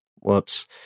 whoops